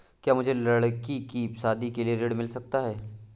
क्या मुझे लडकी की शादी के लिए ऋण मिल सकता है?